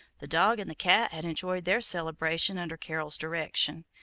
the dog and the cat had enjoyed their celebration under carol's direction.